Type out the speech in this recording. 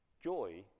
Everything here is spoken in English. Joy